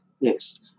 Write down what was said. yes